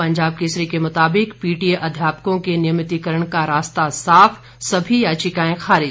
पंजाब केसरी के मुताबिक पीटीए अध्यापकों के नियमितीकरण का रास्ता साफ सभी याचिकाएं खारिज